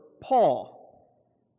Paul